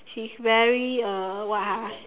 she's very uh what ah